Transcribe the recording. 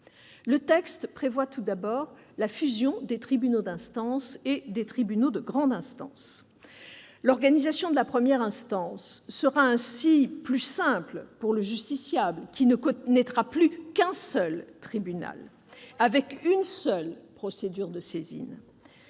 Le texte prévoit tout d'abord la fusion des tribunaux d'instance et des tribunaux de grande instance. L'organisation de la première instance sera ainsi plus simple pour le justiciable, qui ne connaîtra plus qu'un seul tribunal, ... Mais loin de chez